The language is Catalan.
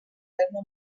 terme